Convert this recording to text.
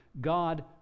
God